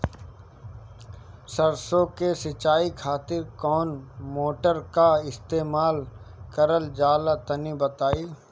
सरसो के सिंचाई खातिर कौन मोटर का इस्तेमाल करल जाला तनि बताई?